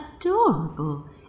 adorable